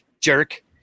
jerk